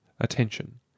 attention